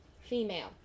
female